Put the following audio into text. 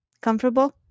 comfortable